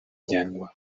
llengua